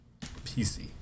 PC